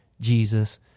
Jesus